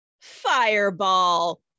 Fireball